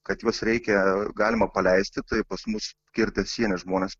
kad juos reikia galima paleisti tai pas mus kirtę sienas žmonės